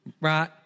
right